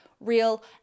real